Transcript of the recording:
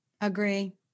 Agree